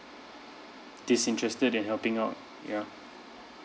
disinterested in helping out ya